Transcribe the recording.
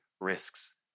risks